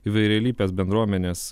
įvairialypės bendruomenės